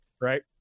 Right